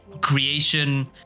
creation